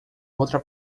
outra